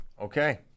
Okay